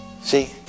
See